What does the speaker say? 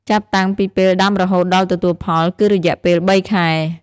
ចាប់តាំងពីពេលដាំរហូតដល់ទទួលផល គឺរយៈពេល៣ខែ ។